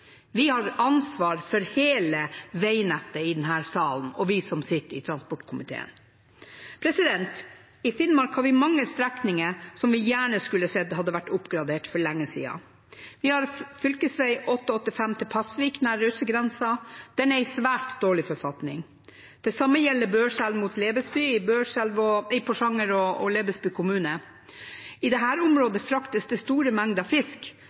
bare har ansvar for riksveiene. Vi i denne salen og vi som sitter i transportkomiteen, har ansvar for hele veinettet. I Finnmark har vi mange strekninger som vi gjerne skulle sett hadde vært oppgradert for lenge siden. Vi har fv. 885 til Pasvik, nær russergrensen. Den er i svært dårlig forfatning. Det samme gjelder strekningen fra Børselv i Porsanger mot Lebesby i Lebesby kommune. I dette området fraktes det store mengder fisk,